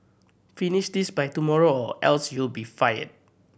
finish this by tomorrow or else you'll be fired